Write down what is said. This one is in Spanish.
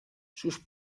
sus